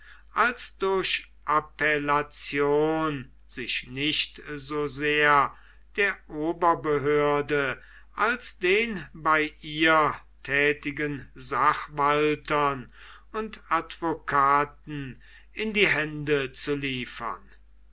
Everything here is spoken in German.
als durch appellation sich nicht so sehr der oberbehörde als den bei ihr tätigen sachwaltern und advokaten in die hände zu liefern